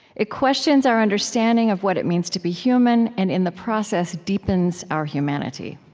it questions our understanding of what it means to be human and, in the process, deepens our humanity.